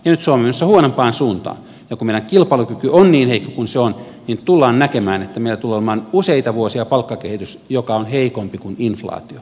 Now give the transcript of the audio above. nyt suomi on menossa huonompaan suuntaan ja kun meidän kilpailukyky on niin heikko kuin se on niin tullaan näkemään että meillä tulee olemaan useita vuosia palkkakehitys joka on heikompi kuin inflaatio